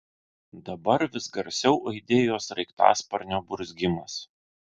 dabar vis garsiau aidėjo sraigtasparnio burzgimas